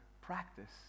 practice